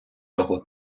того